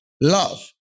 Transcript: love